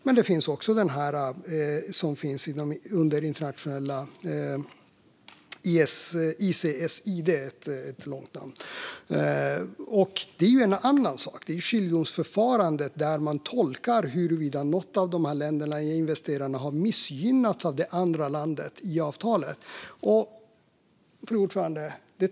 Det finns också ICSID, men det är en annan sak. Där tolkar man huruvida någon av ländernas investerare har missgynnats av det andra landet i avtalet. Fru talman!